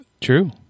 True